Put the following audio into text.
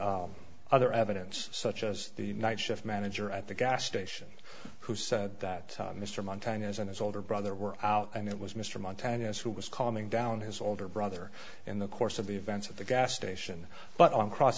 in other evidence such as the night shift manager at the gas station who said that mr montana's and his older brother were out and it was mr montanas who was calming down his older brother in the course of events at the gas station but on cross